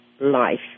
life